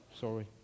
sorry